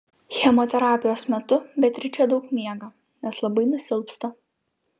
chemoterapijos metu beatričė daug miega nes labai nusilpsta